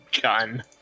Gun